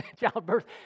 childbirth